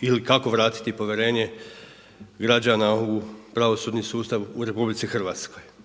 ili kako vratiti povjerenje građana u pravosudni sustav u RH. Jer kao